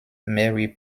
merry